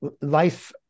life